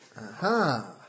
Aha